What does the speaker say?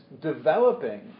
developing